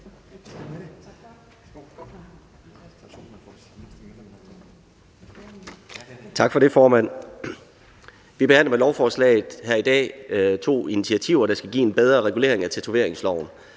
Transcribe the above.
Tak for det, formand. Vi behandler med lovforslaget her i dag to initiativer, der skal give en bedre regulering af tatoveringsloven.